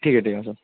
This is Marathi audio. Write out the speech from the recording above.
ठीक आहे ठीक आहे सर